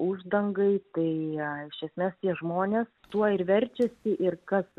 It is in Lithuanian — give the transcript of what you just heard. uždangai tai iš esmės tie žmonės tuo ir verčiasi ir kas